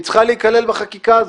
היא צריכה להיכלל בחקיקה הזו.